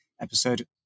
episode